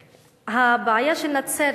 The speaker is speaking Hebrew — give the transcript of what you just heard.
הבעיה של נצרת,